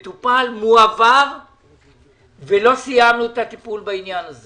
מטופל, מועבר ולא סיימנו את הטיפול בעניין הזה